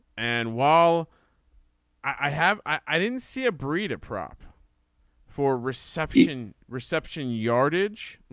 and while i have i didn't see a brita prop for reception reception yardage.